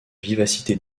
vivacité